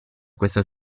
questa